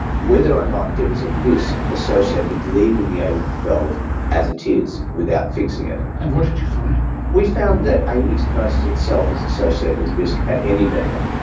whether or not there is a risk associated with leaving the aortic valve as it is without fixing it. and what did you find? we found that aortic stenosis itself is associated with risk at any level,